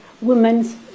women's